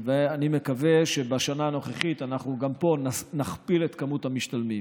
ואני מקווה שבשנה הנוכחית אנחנו גם פה נכפיל את מספר המשתלמים.